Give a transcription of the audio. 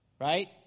right